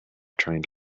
trained